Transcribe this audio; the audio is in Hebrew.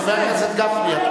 חבר הכנסת גפני.